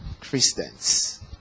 Christians